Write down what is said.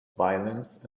violins